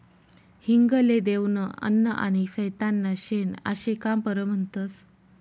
हिंग ले देवनं अन्न आनी सैताननं शेन आशे का बरं म्हनतंस?